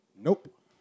Nope